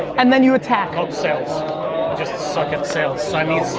and then you attack help sales just suck at sales i mean